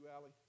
Allie